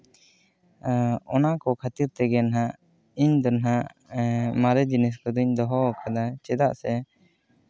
ᱚᱱᱟ ᱠᱚ ᱠᱷᱟᱹᱛᱤᱨ ᱛᱮᱜᱮ ᱦᱟᱸᱜ ᱤᱧᱫᱚ ᱦᱟᱸᱜ ᱢᱟᱨᱮ ᱡᱤᱱᱤᱥ ᱠᱚᱫᱚᱧ ᱫᱚᱦᱚ ᱟᱠᱟᱫᱟ ᱪᱮᱫᱟᱜ ᱥᱮ